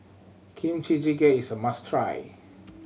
Kimchi Jjigae is a must try